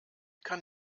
kann